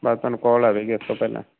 ਬਸ ਤੁਹਾਨੂੰ ਕਾਲ ਆਵੇਗੀ ਉਸ ਤੋਂ ਪਹਿਲਾਂ